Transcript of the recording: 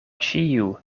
ĉiu